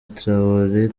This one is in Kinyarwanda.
traoré